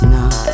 Now